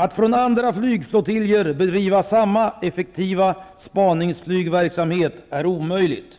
Att från andra flygflottiljer bedriva samma effektiva spaningsflygverksamhet är omöjligt.